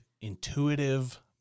intuitive